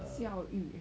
教育